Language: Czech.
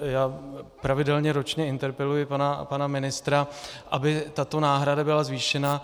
Já pravidelně ročně interpeluji pana ministra, aby tato náhrada byla zvýšena.